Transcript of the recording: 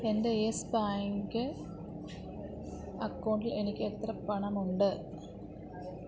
എൻ്റെ Yes Bank അക്കൗണ്ടിൽ എനിക്ക് എത്ര പണമുണ്ട്